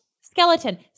Skeleton